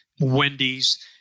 Wendy's